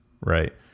right